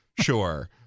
sure